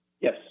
Yes